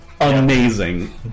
amazing